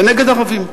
ונגד ערבים.